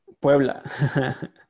Puebla